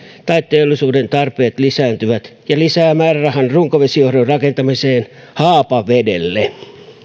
tai teollisuuden tarpeet lisääntyvät ja lisää määrärahan runkovesijohdon rakentamiseen haapavedelle